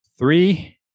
Three